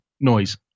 noise